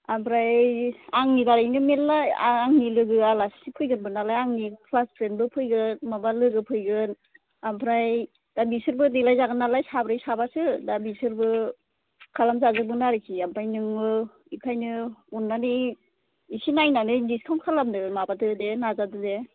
आमफ्राय आंनि बारैनो मेरला आंनि लोगो आलासि फैगोनबो नालाय आंनि क्लास फ्रेन्दबो फैगोन माबा लोगो फैगोन आमफ्राय दा बिसोरबो देलाय जागोन नालाय साब्रै साबासो दा बिसोरबो खालामजाजोबगोन आरोखि आमफ्राय नोङो बेखायनो अननानै इसे नायनानै डिसकाउन्ट खालामनो माबादो दे नाजादो दे